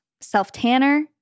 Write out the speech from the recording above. self-tanner